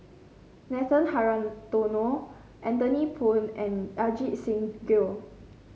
Nathan Hartono Anthony Poon and Ajit Singh Gill